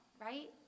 right